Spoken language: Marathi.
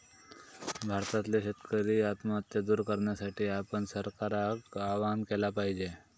भारतातल्यो शेतकरी आत्महत्या दूर करण्यासाठी आपण सरकारका आवाहन केला पाहिजे